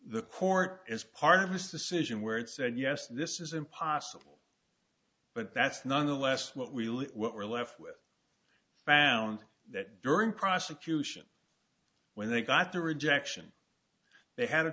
the court is part of his decision where it said yes this is impossible but that's none the less what we were left with found that during prosecution when they got the rejection they had a